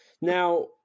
Now